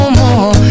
more